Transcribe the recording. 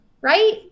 right